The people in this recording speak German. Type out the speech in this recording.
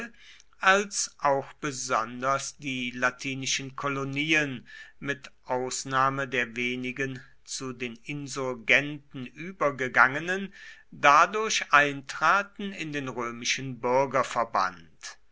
als auch besonders die latinischen kolonien mit ausnahme der wenigen zu den insurgenten übergegangenen dadurch eintraten in den römischen